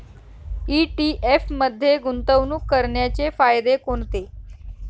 ETF मध्ये गुंतवणूक करण्याचे फायदे कोणते?